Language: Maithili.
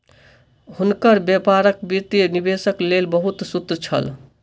हुनकर व्यापारक वित्तीय निवेशक लेल बहुत सूत्र छल